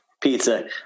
pizza